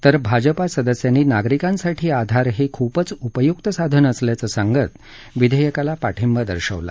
तर पासदस्यांनी नागरीकांसाठी आधार हे खूपच उपयुक्त साधन असल्याचं सांगत विधेयकाला पाठींबा दर्शवला